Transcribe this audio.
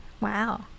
wow